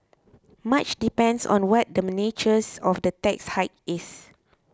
much depends on what the nature of the tax hike is